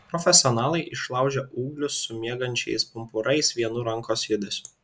profesionalai išlaužia ūglius su miegančiais pumpurais vienu rankos judesiu